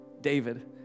David